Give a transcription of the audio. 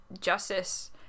justice